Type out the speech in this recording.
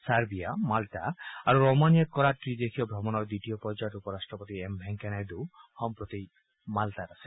Serbia Malta আৰু ৰোমানিয়াত কৰা ত্ৰিদেশীয় ভ্ৰমণৰ দ্বিতীয় পৰ্যায়ত উপ ৰাষ্ট্ৰপতি এম ভেংকায়া নাইডু বৰ্তমান মাল্টাত আছে